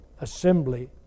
assembly